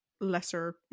lesser